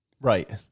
Right